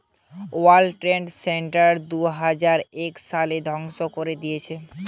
world trade center দুইহাজার এক সালে ধ্বংস করে দিয়েছিলো